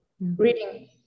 reading